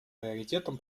приоритетом